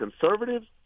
conservatives